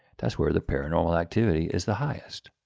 that's where the paranormal activity is the highest.